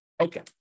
Okay